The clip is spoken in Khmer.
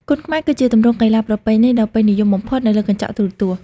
គុនខ្មែរ គឺជាទម្រង់កីឡាប្រពៃណីដ៏ពេញនិយមបំផុតនៅលើកញ្ចក់ទូរទស្សន៍។